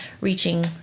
reaching